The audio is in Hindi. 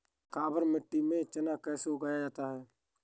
काबर मिट्टी में चना कैसे उगाया जाता है?